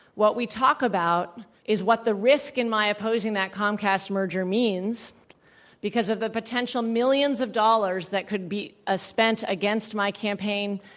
what we talk about is what the risk in my opposing that comcast merger means because of the potential millions of dollars that could be ah spent against my campaign,